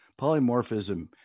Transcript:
Polymorphism